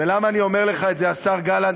למה אני אומר לך את זה, השר גלנט?